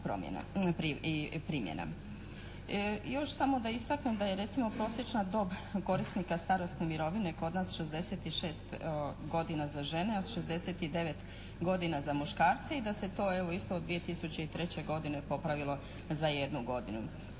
Još samo da istaknem da je recimo prosječna dob korisnika starosne mirovine kod nas 66 godina za žene, a 69 godina za muškarce i da se to evo isto od 2003. godine popravilo za jednu godinu.